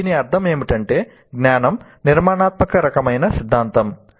దీని అర్థం ఏమిటంటే "జ్ఞానం నిర్మాణాత్మక రకమైన సిద్ధాంతం"